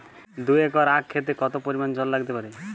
দুই একর আক ক্ষেতে কি পরিমান জল লাগতে পারে?